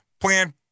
plan